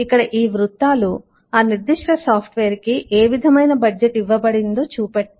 ఇక్కడ ఈ వృత్తాలు ఆ నిర్దిష్ట సాఫ్ట్ వేర్ కి ఏ విధమైన బడ్జెట్ ఇవ్వబడిందో చూపెడతాయి